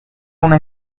una